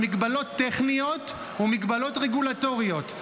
מגבלות טכניות ומגבלות רגולטוריות.